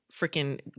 freaking